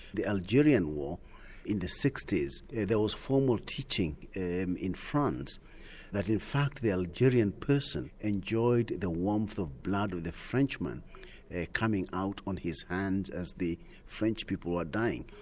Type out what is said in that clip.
the algerian war in the sixty s, there was formal teaching in in france that in fact the algerian person enjoyed the warmth of blood of the frenchman coming out on his hands as the french people were dying.